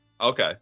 Okay